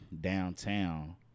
downtown